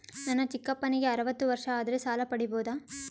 ನನ್ನ ಚಿಕ್ಕಪ್ಪನಿಗೆ ಅರವತ್ತು ವರ್ಷ ಆದರೆ ಸಾಲ ಪಡಿಬೋದ?